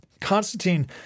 Constantine